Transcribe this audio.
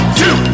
two